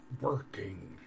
working